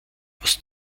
aus